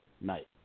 night